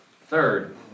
Third